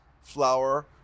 flour